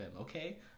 okay